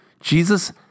Jesus